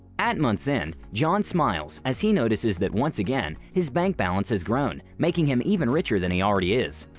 at month's end, john smiles as he notices that once again, his bank balance has grown making him even richer than he already is.